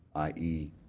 i e,